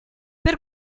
per